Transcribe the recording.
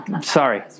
Sorry